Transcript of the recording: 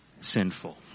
sinful